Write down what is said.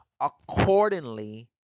accordingly